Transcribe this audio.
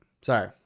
Sorry